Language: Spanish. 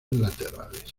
laterales